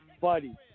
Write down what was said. buddy